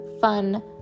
fun